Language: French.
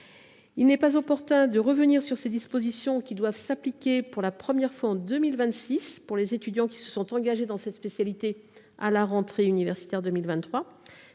Il n’est pas opportun de revenir sur de telles dispositions. Elles doivent s’appliquer pour la première fois en 2026 pour les étudiants qui se sont engagés dans cette spécialité en 2023.